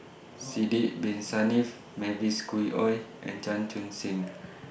Sidek Bin Saniff Mavis Khoo Oei and Chan Chun Sing